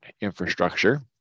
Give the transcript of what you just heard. infrastructure